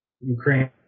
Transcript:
Ukraine